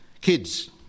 kids